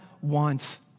wants